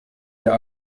der